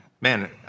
man